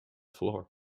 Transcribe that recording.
floor